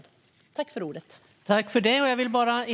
Jag yrkar bifall till reservation 59 under punkt 25.